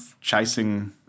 chasing